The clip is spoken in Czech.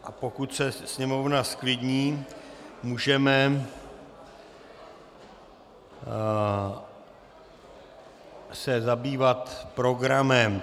A pokud se Sněmovna zklidní, můžeme se zabývat programem.